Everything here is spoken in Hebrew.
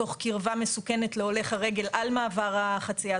תוך קרבה מסוכנת להולך הרגל במעבר חציה,